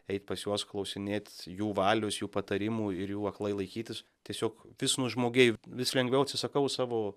eit pas juos klausinėt jų valios jų patarimų ir jų aklai laikytis tiesiog vis nužmogėju vis lengviau atsisakau savo